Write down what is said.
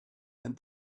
and